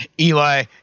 eli